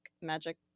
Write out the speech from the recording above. magic